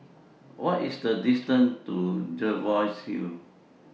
What IS The distance to Jervois Hill